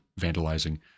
vandalizing